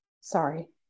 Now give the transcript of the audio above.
sorry